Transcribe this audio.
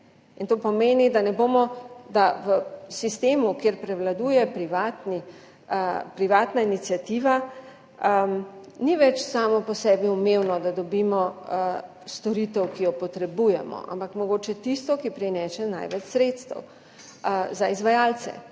To pomeni, da v sistemu, kjer prevladuje privatna iniciativa, ni več samo po sebi umevno, da dobimo storitev, ki jo potrebujemo, ampak mogoče tisto, ki prinese največ sredstev za izvajalce.